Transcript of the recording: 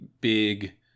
big